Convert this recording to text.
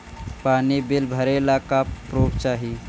पानी बिल भरे ला का पुर्फ चाई?